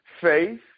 Faith